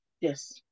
Yes